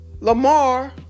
Lamar